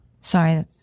Sorry